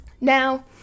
Now